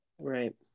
Right